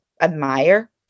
admire